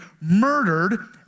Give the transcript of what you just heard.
murdered